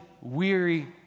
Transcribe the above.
weary